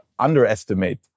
Underestimate